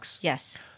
Yes